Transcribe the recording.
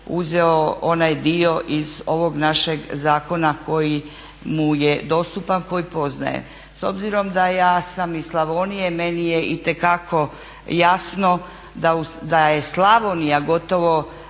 uzeo onaj dio iz ovog našeg zakona koji mu je dostupan, koji poznaje. S obzirom da ja sam iz Slavonije meni je itekako jasno da je Slavonija, gotovo